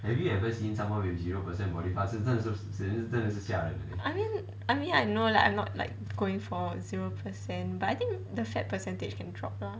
I mean I mean I know like I'm not like going for zero percent but I think the fat percentage can drop lah